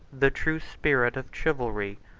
the true spirit of chivalry,